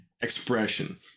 expression